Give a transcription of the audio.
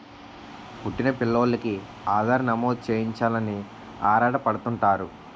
పుట్టిన పిల్లోలికి ఆధార్ నమోదు చేయించాలని ఆరాటపడుతుంటారు